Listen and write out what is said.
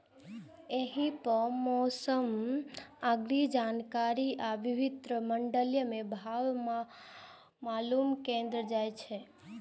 एहि एप पर मौसम के अग्रिम जानकारी आ विभिन्न मंडी के भाव मालूम कैल जा सकै छै